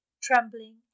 trembling